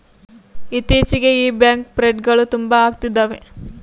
ಇತ್ತೀಚಿಗೆ ಈ ಬ್ಯಾಂಕ್ ಫ್ರೌಡ್ಗಳು ತುಂಬಾ ಅಗ್ತಿದವೆ